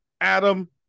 Adam